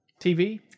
TV